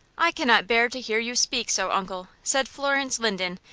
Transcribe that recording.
i cannot bear to hear you speak so, uncle, said florence linden,